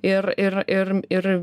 ir ir ir ir